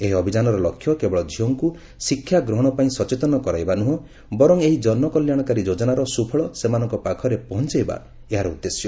ଏହି ଅଭିଯାନର ଲକ୍ଷ୍ୟ କେବଳ ଝିଅଙ୍କୁ ଶିକ୍ଷା ଗ୍ରହଣ ପାଇଁ ସଚେତନ କରାଇବା ନୁହଁ ବରଂ ଏହି ଜନକଲ୍ୟାଶକାରୀ ଯୋଜନାର ସୁଫଳ ସେମାନଙ୍କ ପାଖରେ ପହଞାଇବା ଏହାର ଉଦ୍ଦେଶ୍ୟ